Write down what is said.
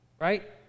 right